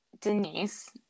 Denise